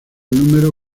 número